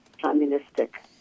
communistic